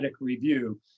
review